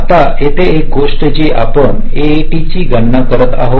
आता येथे एक गोष्ट जी आपण एएटीची गणना करत आहोत